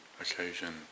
occasion